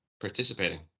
participating